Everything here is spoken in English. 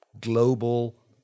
global